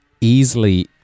easily